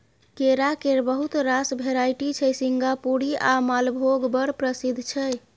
केरा केर बहुत रास भेराइटी छै सिंगापुरी आ मालभोग बड़ प्रसिद्ध छै